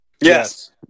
Yes